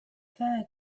there